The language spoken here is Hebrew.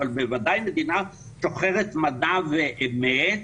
אבל בוודאי מדינה שוחרת מדע ואמת,